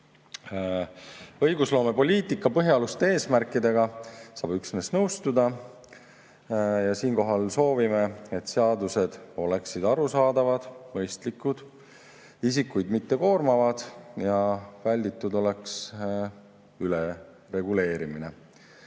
elu. Õigusloomepoliitika põhialuste eesmärkidega saab üksnes nõustuda. Siinkohal soovime, et seadused oleksid arusaadavad, mõistlikud ja isikuid mittekoormavad ning välditud oleks ülereguleerimine.